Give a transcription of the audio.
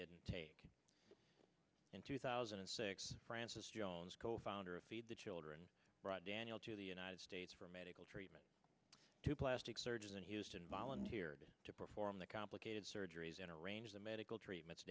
didn't take in two thousand and six frances jones co founder of feed the children brought daniel to the united states for medical treatment two plastic surgeons in houston volunteered to perform the complicated surgeries in arrange the medical treatments